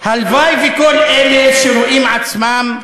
והלוואי שכל אלה שרואים עצמם,